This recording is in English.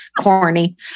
corny